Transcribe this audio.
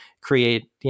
create